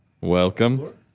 Welcome